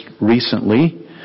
recently